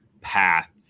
path